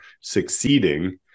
succeeding